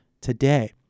today